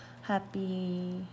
Happy